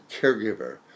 caregiver